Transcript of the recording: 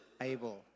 able